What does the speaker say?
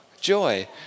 Joy